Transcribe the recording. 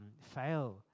fail